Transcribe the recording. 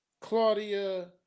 Claudia